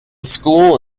school